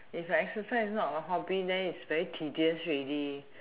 if exercise not a hobby then it's very tedious already